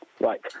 Right